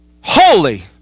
holy